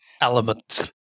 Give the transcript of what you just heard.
element